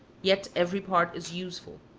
yet every part is useful.